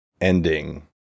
ending